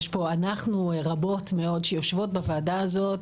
יש פה אנחנו רבות מאוד שיושבות בוועדה הזאת,